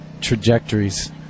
trajectories